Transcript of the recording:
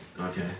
Okay